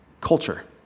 culture